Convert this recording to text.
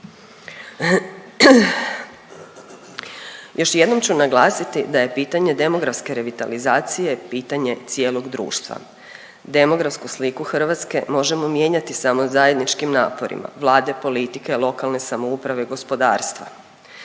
Još jednom ću naglasiti da je pitanje demografske revitalizacije pitanje cijelog društva. Demografsku sliku Hrvatske možemo mijenjati samo zajedničkim naporima Vlade, politike, lokalne samouprave, gospodarstva.